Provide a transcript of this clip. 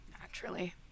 Naturally